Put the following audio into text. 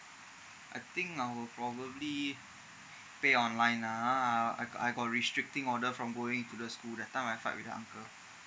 I think I will probably pay online ah I I got restricting order from going to the school that time I fight with the uncle